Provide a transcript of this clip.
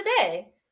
today